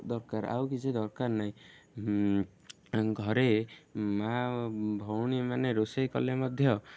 ଦରକାର ଆଉ କିଛି ଦରକାର ନାହିଁ ଘରେ ମାଆ ଭଉଣୀମାନେ ରୋଷେଇ କଲେ ମଧ୍ୟ